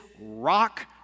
rock